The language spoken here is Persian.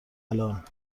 الان